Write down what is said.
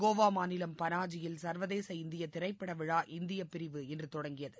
கோவா மாநிலம் பனாஜியில் சர்வதேச இந்திய திரைப்பட விழா இந்திய பிரிவு இன்று தொடங்கியது